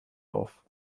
auf